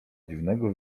dziwnego